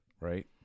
Right